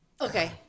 Okay